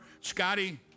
Scotty